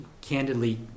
candidly